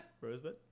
Rosebud